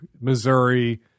Missouri